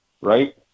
right